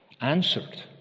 answered